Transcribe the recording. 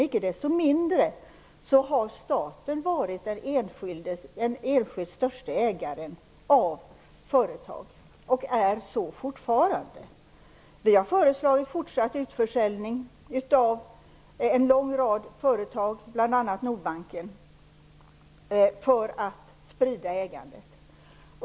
Icke desto mindre har staten varit den enskilt störste ägaren av företag och är så fortfarande. Vi har föreslagit fortsatt utförsäljning av en lång rad företag, bl.a. Nordbanken, för att sprida ägandet.